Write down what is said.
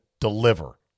deliver